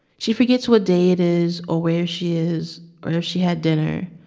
she forgets what day it is or where she is or if she had dinner.